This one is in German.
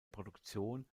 produktion